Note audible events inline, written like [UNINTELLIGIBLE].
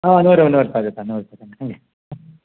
ಹಾಂ ನೂರು ನೂರು ರೂಪಾಯಿ ಆಗತ್ತೆ ನೂರು ರೂಪಾಯಿ [UNINTELLIGIBLE]